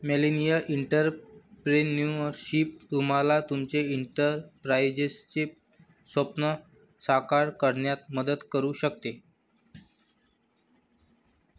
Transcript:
millennial entrepreneurship तुम्हाला तुमचे एंटरप्राइझचे स्वप्न साकार करण्यात मदत करू शकते